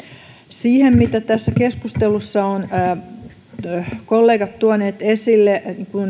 siihen mitä tässä keskustelussa ovat kollegat tuoneet esille